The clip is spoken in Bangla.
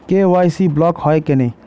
কে.ওয়াই.সি ব্লক হয় কেনে?